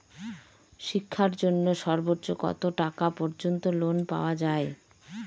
শিক্ষার জন্য সর্বোচ্চ কত টাকা পর্যন্ত লোন পাওয়া য়ায়?